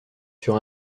sur